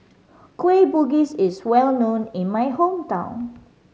Kueh Bugis is well known in my hometown